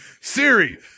Siri